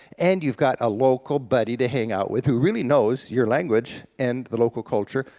and you've got a local buddy to hang out with who really knows your language and the local culture.